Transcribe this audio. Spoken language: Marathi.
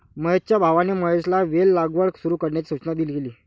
महेशच्या भावाने महेशला वेल लागवड सुरू करण्याची सूचना केली